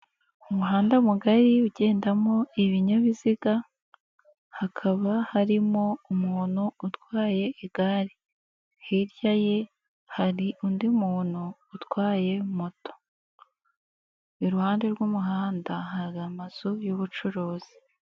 Umuhanda mugari ugendamo ibinyabiziga, hakaba harimo umuntu utwaye igare, hirya ye hari undi muntu utwaye moto, iruhande rw'umuhanda hari amazu y'ubucuruzi.